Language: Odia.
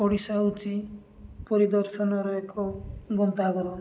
ଓଡ଼ିଶା ହେଉଛି ପରିଦର୍ଶନର ଏକ ଗନ୍ତାଘର